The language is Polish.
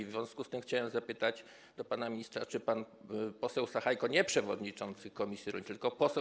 W związku z tym chciałem zapytać pana ministra: Czy pan poseł Sachajko, nie przewodniczący komisji rolniczej, tylko poseł.